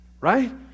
right